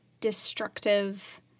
destructive